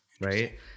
right